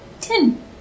Ten